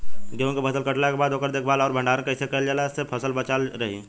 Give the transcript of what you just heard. गेंहू के फसल कटला के बाद ओकर देखभाल आउर भंडारण कइसे कैला से फसल बाचल रही?